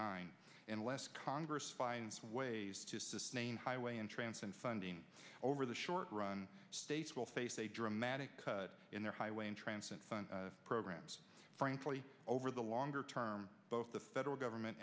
nine and last congress finds ways to sustain highway and transcend funding over the short run states will face a dramatic cut in their highway and transit programs frankly over the longer term both the federal government